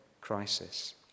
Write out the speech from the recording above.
crisis